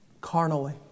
carnally